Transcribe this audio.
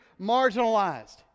marginalized